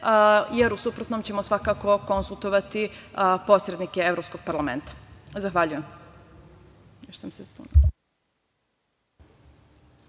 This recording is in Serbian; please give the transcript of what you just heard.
jer u suprotnom ćemo konsultovati posrednike Evropskog parlamenta. Zahvaljujem.